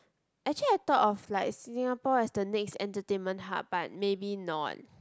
actually I thought of like Singapore as the next entertainment hub but maybe not